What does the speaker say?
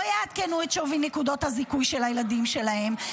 לא יעדכנו את שווי נקודות הזיכוי של הילדים שלהם,